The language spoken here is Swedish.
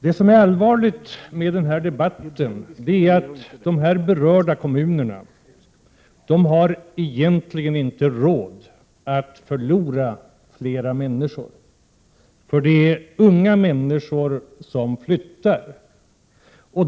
Det allvarliga i den här debatten är att de berörda kommunerna egentligen inte har råd att förlora flera människor, för det är unga människor som flyttar.